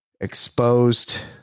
exposed